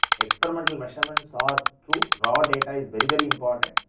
experimental measurements or truth raw data is very very important,